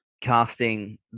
casting